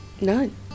None